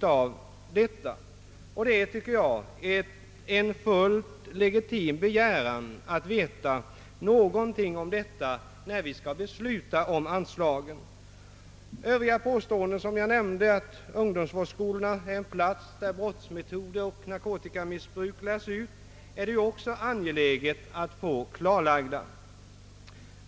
Jag anser det vara en helt legitim begäran att få veta något om detta när vi skall besluta om anslagen. Det är också angeläget att få ett klarläggande beträffande påståendena att vid ungdomsvårdsskolorna brottsmetoder och narkotikamissbruk lärs ut.